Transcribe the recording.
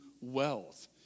wealth